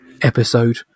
episode